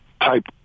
type